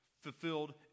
fulfilled